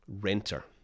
renter